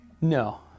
No